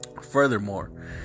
Furthermore